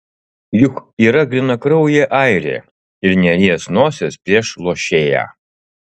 juk yra grynakraujė airė ir neries nosies prieš lošėją